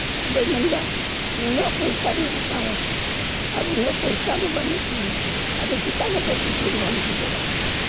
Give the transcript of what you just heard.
ᱟᱫᱚᱭ ᱢᱮᱱᱫᱟ ᱱᱩᱱᱟᱹᱜ ᱯᱚᱭᱥᱟᱧ ᱦᱟᱛᱟᱣᱟ ᱟᱨ ᱩᱱᱟᱹᱜ ᱯᱚᱭᱥᱟ ᱫᱚ ᱵᱟᱹᱱᱩᱜ ᱛᱤᱧᱟᱹ ᱟᱫᱚ ᱪᱤᱠᱟ ᱠᱟᱛᱮ ᱴᱳᱴᱳ ᱨᱮᱦᱚᱸᱧ ᱫᱮᱡᱚᱜᱼᱟ